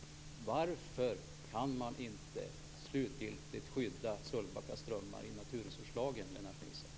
Varför går det inte att slutgiltigt skydda Sölvbacka strömmar i naturresurslagen, Lennart Nilsson?